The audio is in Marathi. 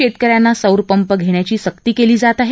शेतकऱ्यांना सौर पंप घेण्याची सक्ती केली जात आहे